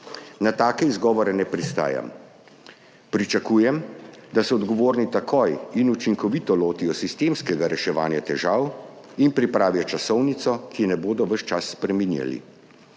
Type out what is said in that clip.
Na take izgovore ne pristajam. Pričakujem, da se odgovorni takoj in učinkovito lotijo sistemskega reševanja težav in pripravijo časovnico, ki je ne bodo ves čas spreminjali.